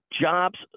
jobs